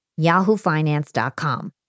yahoofinance.com